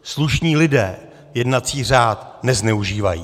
Slušní lidé jednací řád nezneužívají.